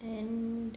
and